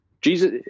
Jesus